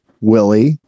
Willie